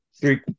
three